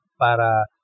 para